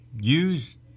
use